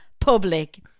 public